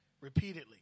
repeatedly